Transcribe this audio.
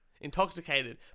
intoxicated